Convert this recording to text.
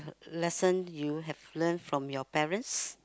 l~ lesson you have learnt from your parents